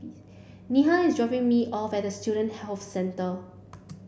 Neha is dropping me off at Student Health Centre